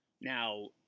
Now